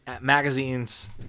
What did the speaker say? Magazine's